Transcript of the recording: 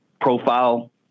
profile